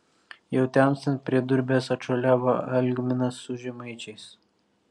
jau temstant prie durbės atšuoliavo algminas su žemaičiais